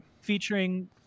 featuring